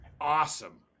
awesome